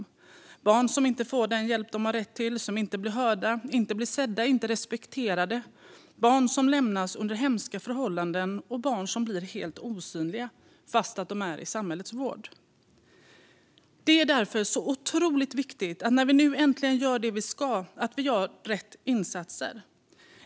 Det finns barn som inte får den hjälp de har rätt till, som inte blir hörda, som inte blir sedda och som inte blir respekterade. Det finns barn som lämnas under hemska förhållanden och barn som blir helt osynliga trots att de är i samhällets vård. Det är därför otroligt viktigt att vi nu, när vi äntligen gör detta, gör rätt insatser.